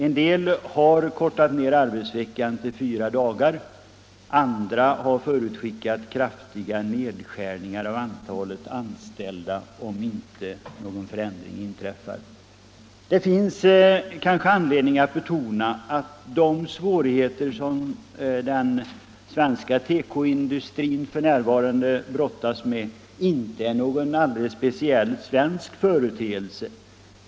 En del har kortat ned arbetsveckan till fyra dagar, andra har förutskickat kraftiga nedskärningar av antalet anställda om inte någon förändring inträffar. Det finns kanske anledning att betona att de svårigheter som den svenska tekoindustrin f. n. brottas med inte är någon alldeles speciellt svensk företeelse.